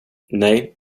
nej